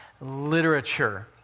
literature